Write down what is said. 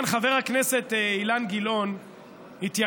זה רחש-בחש.